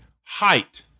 Height